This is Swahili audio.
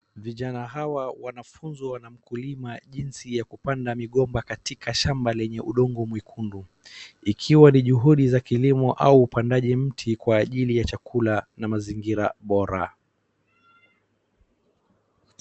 Vijana hawa wanafunzwa na mkulima jinsi ya kupanda migomba katika shamba lenye udongo mwekundu. Ikiwa ni juhudi za kilimo au upandaji mti kwa ajili ya chakula na mazingira bora.